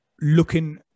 looking